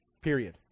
Period